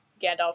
Gandalf